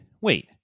wait